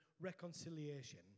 reconciliation